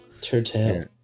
Turtle